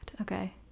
okay